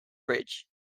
bridge